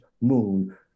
moon